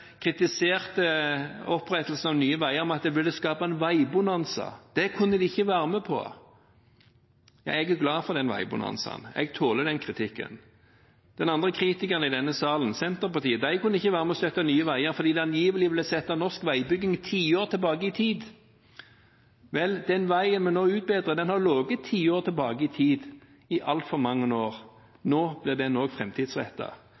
kritiserte opprettelsen av Nye Veier med at det ville skape en veibonanza. Det kunne de ikke være med på. Jeg er glad for den veibonanzaen. Jeg tåler den kritikken. Den andre kritikeren i denne salen, Senterpartiet, kunne ikke være med på å støtte Nye Veier fordi det angivelig ville sette norsk veibygging tiår tilbake i tid. Vel, den veien vi nå utbedrer, har ligget tiår tilbake i tid i altfor mange